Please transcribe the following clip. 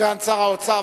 סגן שר האוצר.